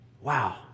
Wow